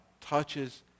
touches